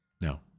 No